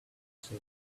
said